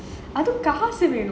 அது காசு வேணும்:athu kaasu venum